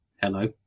Hello